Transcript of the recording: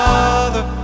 Father